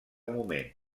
moment